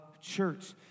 church